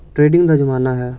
trading ਦਾ ਜਮਾਨਾ ਹੈ